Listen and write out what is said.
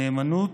נאמנות,